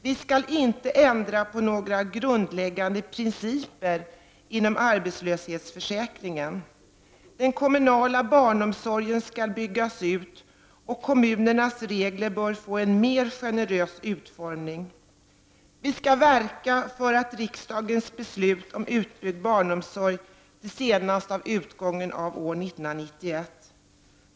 Vi skall inte ändra på några grundläggande principer inom arbetslöshetsförsäkringen. Den kommunala barnomsorgen skall byggas ut, och kommunernas regler bör få en mer generös utformning. Vi skall verka för att genomföra riksdagens beslut om utbyggd barnomsorg senast vid utgången av år 1991.